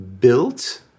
built